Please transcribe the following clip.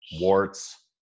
warts